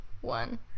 One